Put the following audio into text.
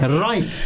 right